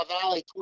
Valley